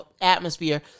atmosphere